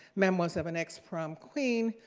memoirs of an ex prom queen,